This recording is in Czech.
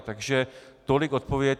Takže tolik odpověď.